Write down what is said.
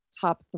top